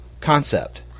concept